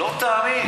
לא תאמין.